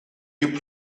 you